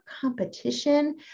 competition